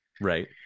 right